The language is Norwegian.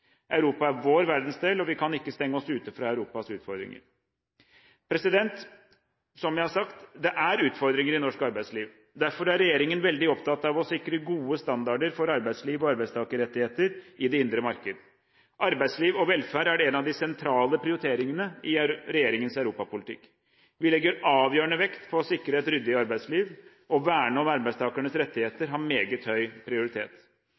Europa er vår verdensdel, og vi kan ikke stenge oss ute fra Europas utfordringer. Som jeg har sagt: Det er utfordringer i norsk arbeidsliv. Derfor er regjeringen veldig opptatt av å sikre gode standarder for arbeidsliv og arbeidstakerrettigheter i det indre marked. Arbeidsliv og velferd er en av de sentrale prioriteringene i regjeringens europapolitikk. Vi legger avgjørende vekt på sikre et ryddig arbeidsliv. Å verne om arbeidstakernes rettigheter har meget høy prioritet.